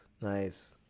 nice